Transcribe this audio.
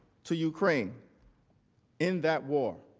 to ukraine in that war.